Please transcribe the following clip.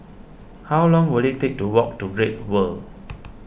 how long will it take to walk to Great World